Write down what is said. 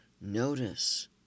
Notice